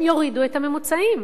הם יורידו את הממוצעים.